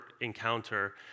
encounter